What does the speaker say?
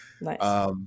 Nice